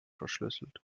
verschlüsselt